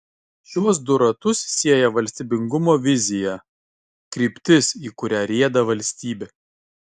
šiuos du ratus sieja valstybingumo vizija kryptis į kurią rieda valstybė